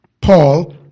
Paul